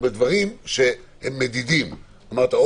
דברים מדידים או